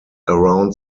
around